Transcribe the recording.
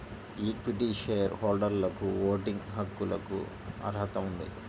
equity share హోల్డర్లకుఓటింగ్ హక్కులకుఅర్హత ఉంది